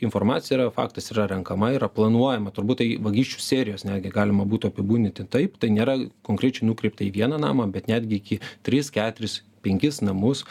informacija yra faktas yra renkama yra planuojama turbūt tai vagysčių serijos netgi galima būtų apibūdinti taip tai nėra konkrečiai nukreipta į vieną namą bet netgi iki tris keturis penkis namus